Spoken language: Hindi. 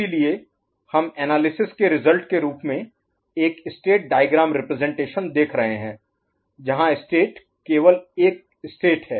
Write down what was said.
इसलिए हम एनालिसिस के रिजल्ट के रूप में एक स्टेट डायग्राम रिप्रजेंटेशन देख रहे हैं जहां स्टेट केवल एक स्टेट है